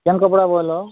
କେନ୍ କପଡ଼ା ବୋଇଲ